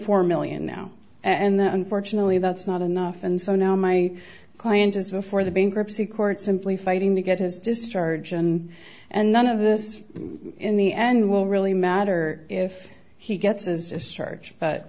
four million now and unfortunately that's not enough and so now my client is before the bankruptcy court simply fighting to get his discharge and and none of this in the end will really matter if he gets as discharge